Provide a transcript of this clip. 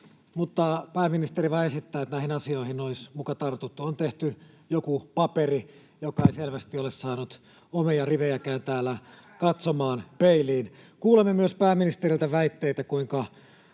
mutta pääministeri vain esittää, että näihin asioihin olisi muka tartuttu. On tehty joku paperi, joka ei selvästi ole saanut omia rivejäkään täällä katsomaan peiliin. [Jenna Simulan välihuuto] Kuulemme myös pääministeriltä väitteitä, kuinka